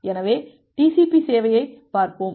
எனவே TCP சேவையை பார்ப்போம்